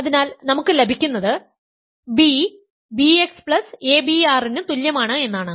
അതിനാൽ നമുക്ക് ലഭിക്കുന്നത് b bxabr തുല്യമാണ് എന്നാണ്